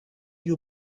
you